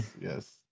yes